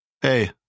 Hey